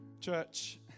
Church